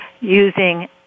using